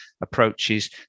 approaches